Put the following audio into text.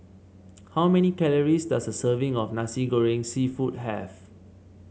how many calories does a serving of Nasi Goreng seafood have